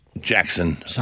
Jackson